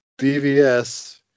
DVS